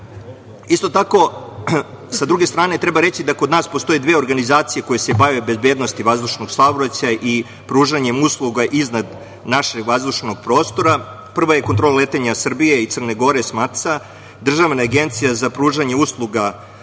delu. Isto tako, s druge strane, treba reći da kod nas postoje dve organizacije koje se bave bezbednosti vazdušnog saobraćaja i pružanjem usluga iznad našeg vazdušnog prostora. Prva je Kontrola letenja Srbije i Crne Gore SMATSA, državna agencija za pružanje usluga kontrole